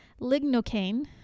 lignocaine